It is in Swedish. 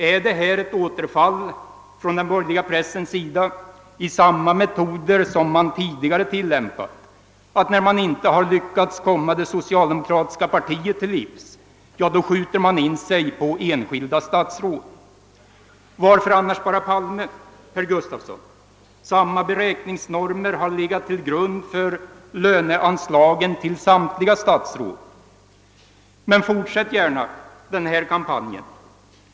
Är det ett återfall från den borgerliga pressens sida i samma metoder som den tidigare har tillämpat: när man inte har lyckats komma det socialdemokratiska partiet till livs skjuter man in sig på enskilda statsråd? Varför annars bara statsrådet Palme, herr Gustavsson? Samma beräkningsnormer har legat till grund för löneanslagen till samtliga statsråd. Men fortsätt gärna denna kampanj!